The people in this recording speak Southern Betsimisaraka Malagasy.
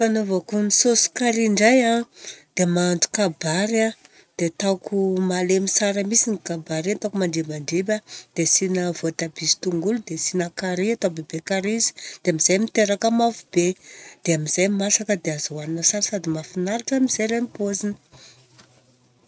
Fanaovako ny saosy curry indray an dia mahandro kabaro a, dia ataoko malemy tsara mintsy igny. Ataoko mandribandriba a dia asiana voatabia sy tongolo dia asiana curry. Atao bebe curry izy dia amizay miteraka mavo be dia amizay masaka dia azo ohanina tsara sady mahafinaritra mijery an'ny paoziny.